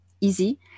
easy